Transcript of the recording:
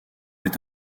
est